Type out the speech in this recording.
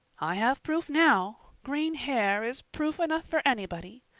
i have proof now green hair is proof enough for anybody.